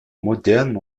modernes